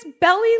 belly